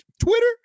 Twitter